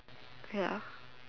ya